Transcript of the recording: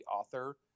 author